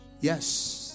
Yes